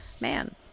man